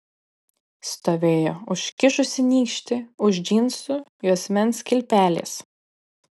stovėjo užkišusi nykštį už džinsų juosmens kilpelės